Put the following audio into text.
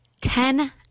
Ten